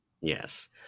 Yes